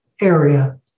area